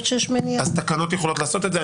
אז התקנות יכולות לעשות את זה.